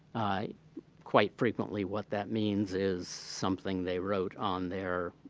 quite frequently what that means is something they wrote on their